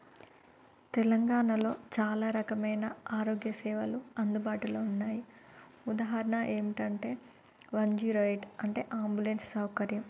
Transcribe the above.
తెలంగాణలో చాలా రకమైన ఆరోగ్య సేవలు అందుబాటులో ఉన్నాయి ఉదాహరణ ఏంటంటే వన్ జీరో ఎయిట్ అంటే అంబులెన్స్ సౌకర్యం